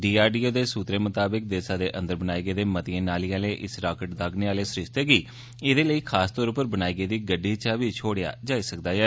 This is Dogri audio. डीआरडीओ दे सुत्तरें मताबक देसै अंदर बनाये गेदे मतिएं नालिएं आह्ले इस राकेट दागने आह्ले सरिस्ते गी एह्दे लेई खासतौर पर बनाई गेदी गड्डी चा बी छोड़ेआ जाई सकदा ऐ